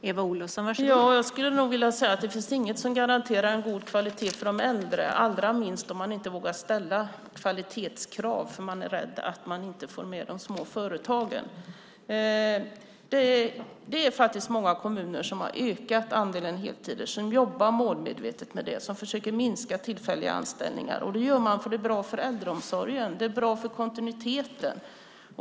Fru talman! Jag skulle nog vilja säga att det inte finns något som garanterar en god kvalitet för de äldre, allra minst om man inte vågar ställa kvalitetskrav för att man är rädd för att inte få med de små företagen. Många kommuner har faktiskt ökat andelen heltider. De jobbar målmedvetet med det och försöker minska tillfälliga anställningar. Det gör de för att det är bra för äldreomsorgen, för kontinuiteten.